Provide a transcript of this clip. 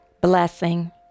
blessing